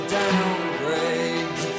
downgrade